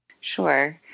Sure